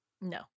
No